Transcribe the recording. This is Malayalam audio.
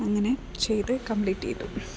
അങ്ങനെ ചെയ്ത് കമ്പ്ലീറ്റ് ചെയ്തു